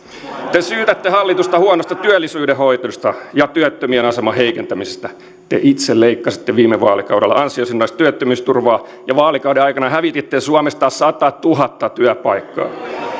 te syytätte hallitusta huonosta työllisyyden hoidosta ja työttömien aseman heikentämisestä te itse leikkasitte viime vaalikaudella ansiosidonnaista työttömyysturvaa ja vaalikauden aikana hävititte suomesta satatuhatta työpaikkaa